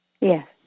Yes